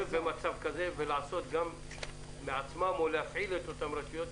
במצב כזה ולעשות גם לעצמם או להפעיל את אותן רשויות,